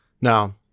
Now